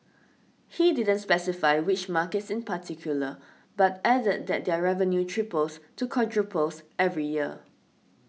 he didn't specify which markets in particular but added that their revenue triples to quadruples every year